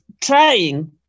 trying